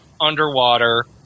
underwater